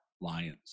Lions